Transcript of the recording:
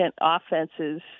offenses